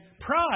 pride